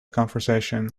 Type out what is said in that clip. conversation